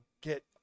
get